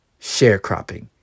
Sharecropping